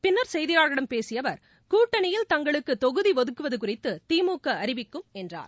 பின்னா் செய்தியாளர்களிடம் பேசிய அவா் கூட்டணியில் தங்களுக்கு தொகுதி ஒதுக்குவது குறித்து திமுக அறிவிக்கும் என்றார்